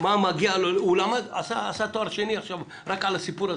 שמתי את זה על השולחן,